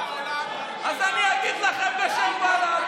אז אני אגיד לכם בשם בל"ד: